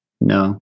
No